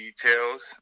details